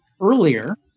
earlier